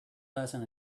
lesson